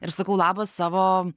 ir sakau labas savo